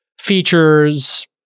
features